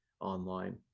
online